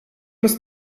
ist